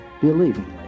believingly